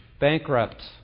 bankrupt